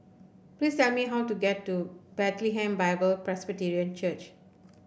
please tell me how to get to Bethlehem Bible Presbyterian Church